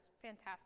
fantastic